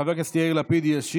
חבר הכנסת יאיר לפיד ישיב.